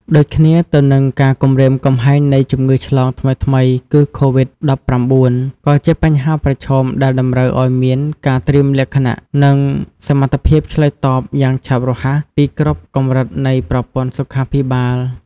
ដូចគ្នាទៅនឹង ការគំរាមកំហែងនៃ ជំងឺឆ្លងថ្មីៗ គឺCOVID-19 ក៏ជាបញ្ហាប្រឈមដែលតម្រូវឱ្យមានការត្រៀមលក្ខណៈ និងសមត្ថភាពឆ្លើយតបយ៉ាងឆាប់រហ័សពីគ្រប់កម្រិតនៃប្រព័ន្ធសុខាភិបាល។